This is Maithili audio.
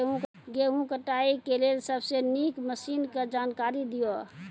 गेहूँ कटाई के लेल सबसे नीक मसीनऽक जानकारी दियो?